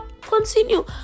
Continue